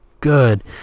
good